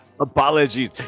Apologies